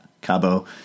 Cabo